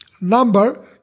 number